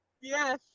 yes